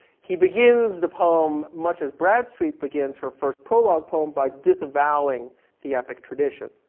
he begins the poem much as bradstreet begins her first prologue poem by disavowing the epic tradition,